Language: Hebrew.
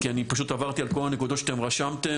כי אני פשוט עברתי על כל הנקודות שאתם רשמתם,